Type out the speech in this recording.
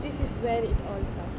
this is where it all started